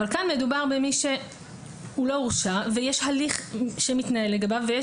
אבל כאן מדובר במי שהוא לא הורשע ויש הליך שמתנהל לגביו יש